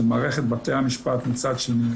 של מערכת בתי המשפט מצד שני,